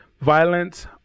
violence